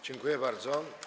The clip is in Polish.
Dziękuję bardzo.